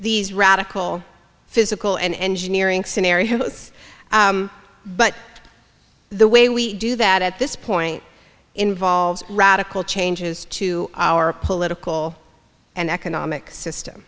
these radical physical and engineering scenarios but the way we do that at this point involves radical changes to our political and economic system